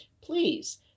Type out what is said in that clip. please